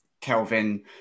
Kelvin